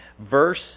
Verse